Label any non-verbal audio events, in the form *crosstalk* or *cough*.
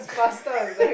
*laughs*